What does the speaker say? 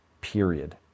period